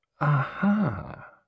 Aha